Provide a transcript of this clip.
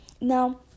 now